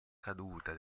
caduta